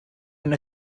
and